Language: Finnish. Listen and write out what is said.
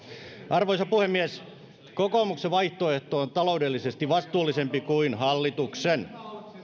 arvoisa puhemies kokoomuksen vaihtoehto on taloudellisesti vastuullisempi kuin hallituksen